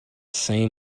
same